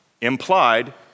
Implied